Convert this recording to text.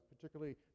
particularly